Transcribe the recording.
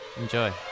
Enjoy